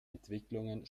entwicklungen